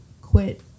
quit